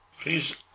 Please